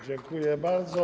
Dziękuję bardzo.